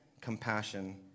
compassion